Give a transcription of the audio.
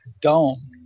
dome